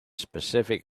specific